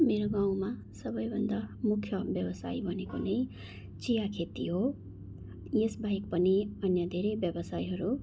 मेरो गाउँमा सबैभन्दा मुख्य व्यवसाय भनेको नै चिया खेती हो यस बाहेक पनि अन्य धेरै व्यवसायहरू